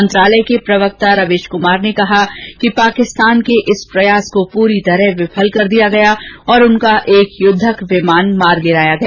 मंत्रालय के प्रवक्ता रवीश कमार ने कहा कि पाकिस्तान के इस प्रयास को पूरी तरह विफल कर दिया और उनका एक युद्धक विमान मार गिराया गया